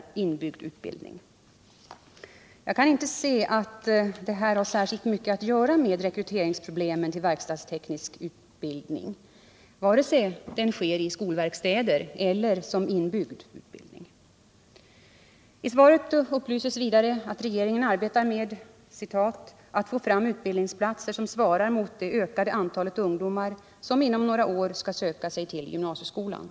inbyggd utbildning. Jag kan inte se att detta har särskilt mycket att göra med problemen att rekrytera elever till den verkstadstekniska utbildningen, vare sig denna sker i skolverkstäder eller som inbyggd utbildning. I svaret upplyses vidare att regeringen arbetar med ”att få fram utbildningsplatser som svarar mot det ökade antalet ungdomar som inom några år skall söka sig till gymnasieskolan”.